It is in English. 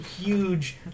huge